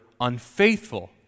unfaithful